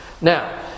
Now